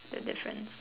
the difference